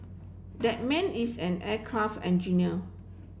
that man is an aircraft engineer